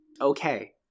Okay